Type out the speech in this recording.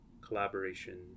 collaboration